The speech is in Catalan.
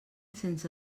sense